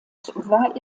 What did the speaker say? war